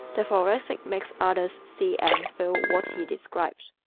the thoracic makes others see and feel what he describes.